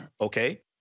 Okay